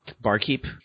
barkeep